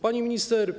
Pani Minister!